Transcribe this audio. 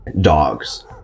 dogs